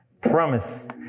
promise